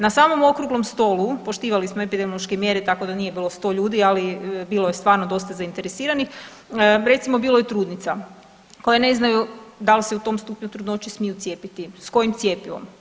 Na samom okruglom stolu, poštivali smo epidemiološke mjere, tako da nije bilo 100 ljudi, ali bilo je stvarno dosta zainteresiranih, recimo, bilo je trudnica koje ne znaju da li se u tom stupnju trudnoće smiju cijepiti, s kojim cjepivom.